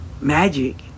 magic